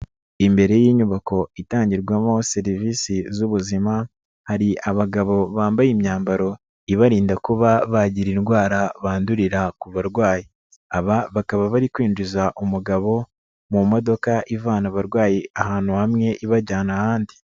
Imbere y'inyubako itangirwamo serivisi z'ubuzima, hari abagabo bambaye imyambaro ibarinda kuba bagira indwara bandurira ku barwayi, aba bakaba bari kwinjiza umugabo mu modoka ivana abarwayi ahantu hamwe ibajyana ahandi.